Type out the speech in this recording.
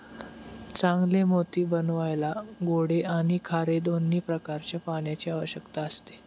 चांगले मोती बनवायला गोडे आणि खारे दोन्ही प्रकारच्या पाण्याची आवश्यकता असते